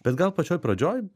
bet gal pačioj pradžioj